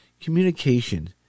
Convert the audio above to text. communication